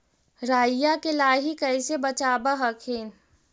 राईया के लाहि कैसे बचाब हखिन?